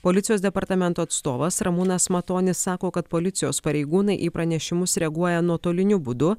policijos departamento atstovas ramūnas matonis sako kad policijos pareigūnai į pranešimus reaguoja nuotoliniu būdu